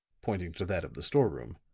pointing to that of the store room,